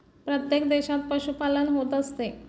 प्रत्येक देशात पशुपालन होत असते